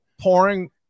Pouring